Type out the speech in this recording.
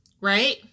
right